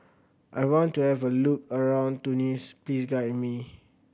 I want to have a look around Tunis please guide me